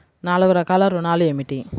నాలుగు రకాల ఋణాలు ఏమిటీ?